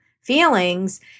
feelings